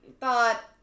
thought